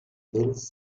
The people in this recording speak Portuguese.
eles